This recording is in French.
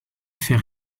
fait